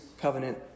covenant